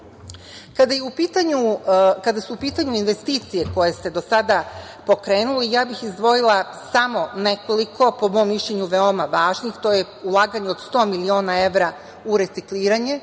su u pitanju investicije koje ste do sada pokrenuli, ja bih izdvojila samo nekoliko, po mom mišljenju, veoma važnih. To je ulaganje od 100 miliona evra u recikliranje,